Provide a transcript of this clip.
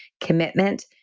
commitment